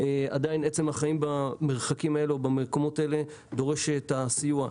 עדיין עצם החיים במרחקים האלה ובמקומות האלה דורש את הסיוע.